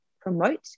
promote